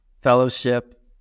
Fellowship